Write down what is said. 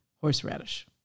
horseradish